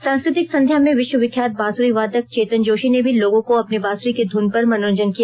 सांस्कृतिक संध्या में विश्व विख्यात बांसुरी वादक चेतन जोशी ने भी लोगों का अपने बांसुरी के धुन पर मनोरंजन किया